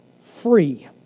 free